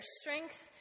strength